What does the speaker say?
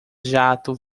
jato